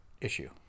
issue